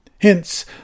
Hence